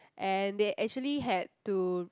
and they actually had to